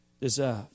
deserve